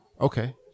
Okay